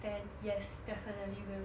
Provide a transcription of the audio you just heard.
then yes definitely will